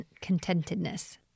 contentedness